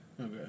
Okay